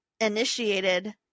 initiated